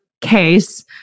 case